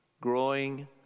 growing